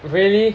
really